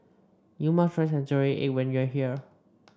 you must try Century Egg when you are here